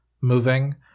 moving